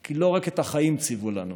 כי לא רק את החיים ציוו לנו,